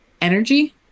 energy